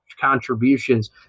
contributions